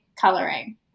coloring